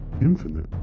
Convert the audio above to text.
Infinite